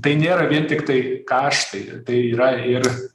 tai nėra vien tiktai kaštai tai yra ir